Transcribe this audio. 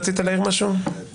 תודה רבה.